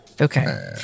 okay